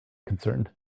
concerned